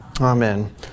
Amen